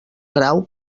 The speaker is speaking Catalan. grau